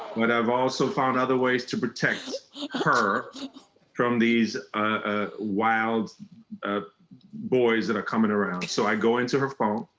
but i've also found other ways to protect her from these ah wild ah boys that are coming around. so i go into her phone.